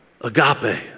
agape